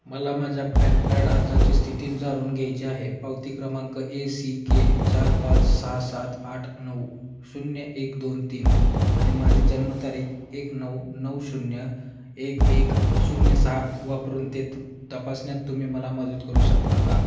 मला माझ्या PAN card अर्जाची स्थिती जाणून घ्यायची आहे पावती क्रमांक ए सी के चार पाच सहा सात आठ नऊ शून्य एक दोन तीन आणि माझी जन्मतारीख एक नऊ नऊ शून्य एक एक शून्य सहा वापरून ते त तपासण्यात तुम्ही मला मदत करू शकता का